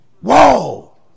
Whoa